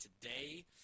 today